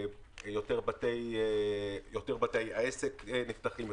יותר בתי עסק נפתחים,